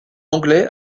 anglais